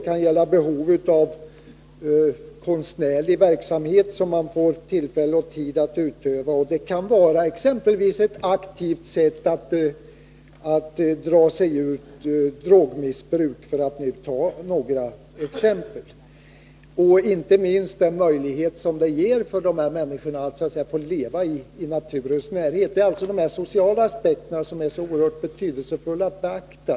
Man vill kanske ha tillfälle och tid att också utöva en konstnärlig verksamhet, eller också kan det vara ett aktivt sätt att dra sig ur drogmissbruk, för att nu ta några exempel. Inte minst den möjlighet dessa arbetsplatser ger innehavarna att få leva i naturens närhet är viktig. Det är dessa sociala aspekter som det är oerhört betydelsefullt att beakta.